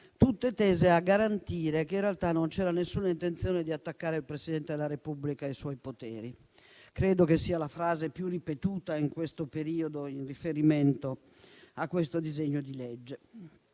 tutte tese a garantire che in realtà non c'era nessuna intenzione di attaccare il Presidente della Repubblica e i suoi poteri. Credo che sia la frase più ripetuta in questo periodo in riferimento a questo disegno di legge.